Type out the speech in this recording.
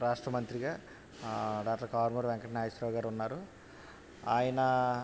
రాష్ట్ర మంత్రిగా డాక్టర్ కారుమూరి వెంకటనాగేశ్వరరావు గారు ఉన్నారు ఆయన